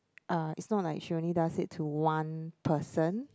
uh it's not like she only does it to one person